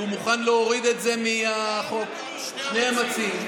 והוא מוכן להוריד את זה מהחוק, שני המציעים.